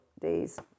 days